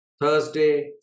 Thursday